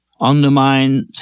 undermine